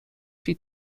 she